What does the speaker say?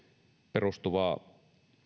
perustuvaa